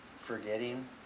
forgetting